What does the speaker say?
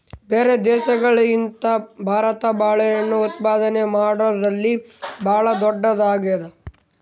ಬ್ಯಾರೆ ದೇಶಗಳಿಗಿಂತ ಭಾರತ ಬಾಳೆಹಣ್ಣು ಉತ್ಪಾದನೆ ಮಾಡದ್ರಲ್ಲಿ ಭಾಳ್ ಧೊಡ್ಡದಾಗ್ಯಾದ